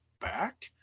back